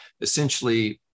essentially